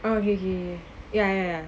okay okay ya ya